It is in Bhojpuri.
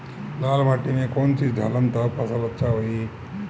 लाल माटी मे कौन चिज ढालाम त फासल अच्छा होई?